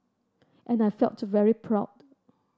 and I felt very proud